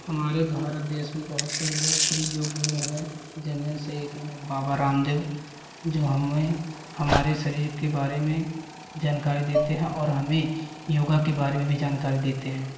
हमारे भारत देश में बहुत से लोकप्रिय योग गुरु हैं जिनमें से एक हैं बाबा रामदेव जो हमें हमारे शरीर के बारे में जानकारी देते हैं और हमें योग के बारे में भी जानकारी देते हैं